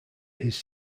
his